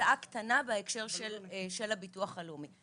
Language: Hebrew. הצעה קטנה בהקשר של ביטוח לאומי.